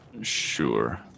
Sure